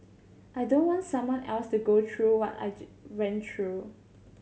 I don't want someone else to go through what I went through